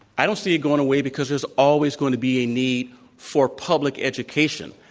i don't see it going away because there's always going to be a need for public education.